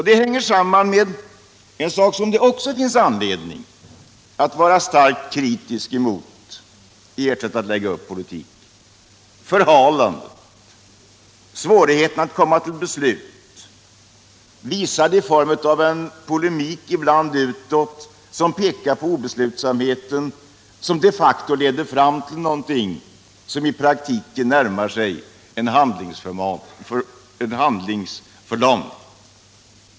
Det hänger samman med något som det också finns anledning att vara starkt kritisk mot i ert sätt att lägga upp politiken — förhalandet, svårigheten att komma fram till beslut. Det leder de facto fram till någonting som I praktiken närmar sig handlingsförlamning.